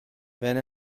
wenn